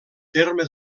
terme